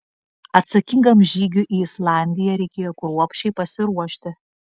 atsakingam žygiui į islandiją reikėjo kruopščiai pasiruošti